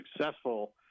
successful